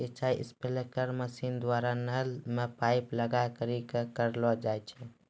सिंचाई sprinkler machine द्वारा नल मे पाइप लगाय करि क करलो जाय छै